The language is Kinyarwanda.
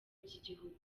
by’igihugu